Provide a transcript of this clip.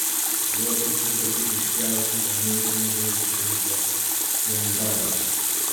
vokiečiai kokybiškiausiu gamintoju vėl išrinko hyundai